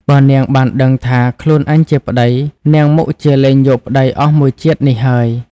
បើនាងបានដឹងថា ខ្លួនអញជាប្ដី នាងមុខជាលែងយកប្ដីអស់មួយជាតិនេះហើយ។